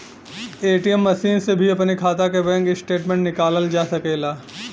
ATM machine से भी अपने खाता के बैंक स्टेटमेंट निकालल जा सकेला